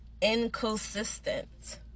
inconsistent